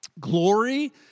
Glory